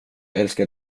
älskar